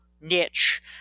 niche